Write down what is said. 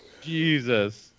Jesus